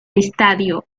estadio